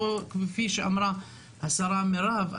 כפי שאמרה השרה מירב,